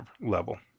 level